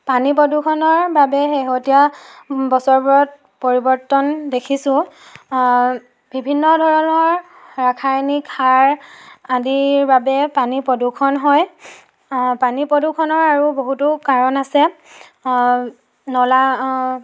পানী প্ৰদূষণৰ বাবে শেহতীয়া বছৰবোৰত পৰিৱৰ্তন দেখিছোঁ বিভিন্ন ধৰণৰ ৰাসায়নিক সাৰ আদিৰ বাবে পানী প্ৰদূষণ হয় পানী প্ৰদূষণৰ আৰু বহুতো কাৰণ আছে নলা